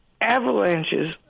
avalanches